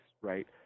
right